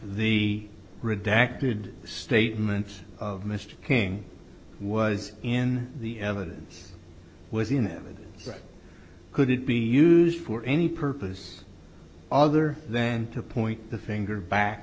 the redacted statements of mr king was in the evidence was enough and could it be used for any purpose other than to point the finger back